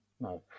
No